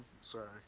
sorry